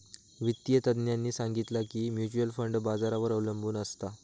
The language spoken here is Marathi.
वित्तिय तज्ञांनी सांगितला की म्युच्युअल फंड बाजारावर अबलंबून असता